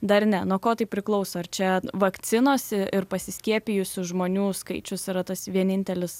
dar ne nuo ko tai priklauso ar čia vakcinos ir pasiskiepijusių žmonių skaičius yra tas vienintelis